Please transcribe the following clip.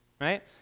right